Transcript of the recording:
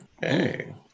hey